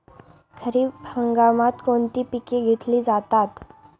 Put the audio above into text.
खरीप हंगामात कोणती पिके घेतली जातात?